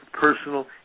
personal